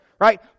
Right